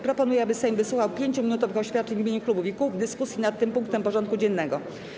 Proponuję, aby Sejm wysłuchał 5-minutowych oświadczeń w imieniu klubów i kół w dyskusji nad tym punktem porządku dziennego.